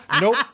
Nope